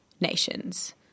nations